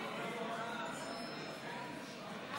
התשע"ח 2019, לוועדת הפנים והגנת הסביבה נתקבלה.